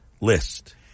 list